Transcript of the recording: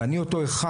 ואני אותו אחד,